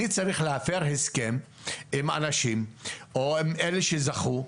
אני צריך להפר הסכם עם אנשים או עם אלה שזכו,